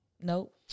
Nope